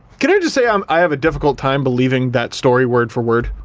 can i just say um i have a difficult time believing that story word-for-word?